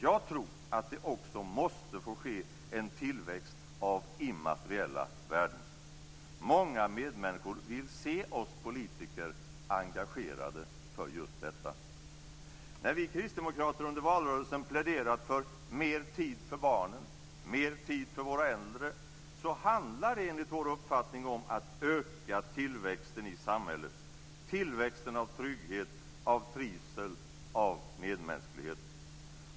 Jag tror att det också måste få ske en tillväxt av immateriella värden. Många medmänniskor vill se oss politiker engagerade för just detta. När vi kristdemokrater under valrörelsen pläderat för mer tid för barnen och mer tid för våra äldre handlar det enligt vår uppfattning om att öka tillväxten i samhället - tillväxten av trygghet, av trivsel och av medmänsklighet.